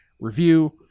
review